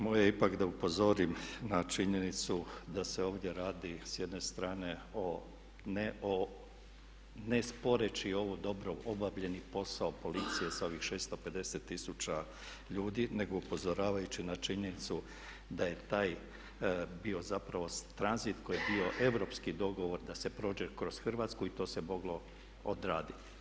Moje je ipak da upozorim na činjenicu da se ovdje radi s jedne strane ne sporeći ovaj dobro obavljeni posao policije sa ovih 650 tisuća ljudi nego upozoravajući na činjenicu da je taj bio zapravo tranzit koji je bio europski dogovor da se prođe kroz Hrvatsku i to se moglo odraditi.